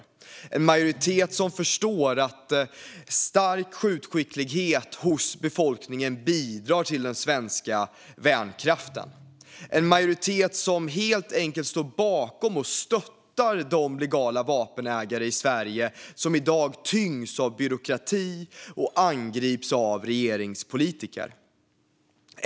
Det är en majoritet som förstår att stark skjutskicklighet hos befolkningen bidrar till den svenska värnkraften. Det är en majoritet som helt enkelt står bakom och stöttar de legala vapenägare i Sverige som i dag tyngs av byråkrati och angrips av regeringspolitiker.